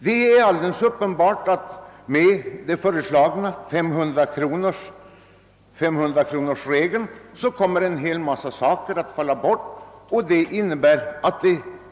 Det är alldeles uppenbart att mycket krångel skulle falla bort i och med den föreslagna 500 kronorsregeln.